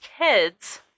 kids